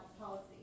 policy